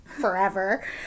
Forever